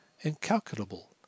incalculable